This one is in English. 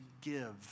give